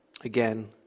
again